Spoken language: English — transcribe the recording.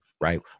right